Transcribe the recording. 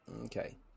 Okay